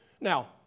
Now